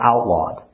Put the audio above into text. outlawed